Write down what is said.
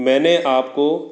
मैंने आपको